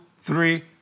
three